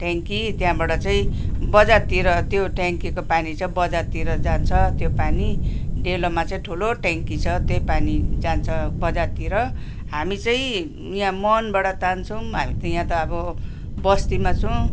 टेङ्की त्यहाँबाट चाहिँ बजारतिर त्यो टेङ्कीको पानी चाहिँ बजारतिर जान्छ त्यो पानी डेलोमा चाहिँ ठुलो टेङ्की छ त्यो पानी जान्छ बजारतिर हामी चाहिँ यहाँ मुहानबाट तान्छौँ हामी त यहाँ त अब बस्तीमा छौँ